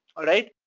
alright?